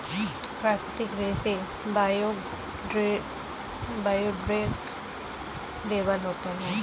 प्राकृतिक रेसे बायोडेग्रेडेबल होते है